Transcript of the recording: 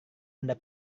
anda